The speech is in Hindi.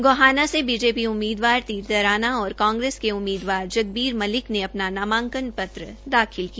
गोहाना से बीजेपी उम्मीदवार तीर तराना और कांग्रेस के उम्मीदवार जगबीर मलिक ने अपना नामांकन पत्र दाखिल किया